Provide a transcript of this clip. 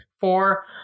Four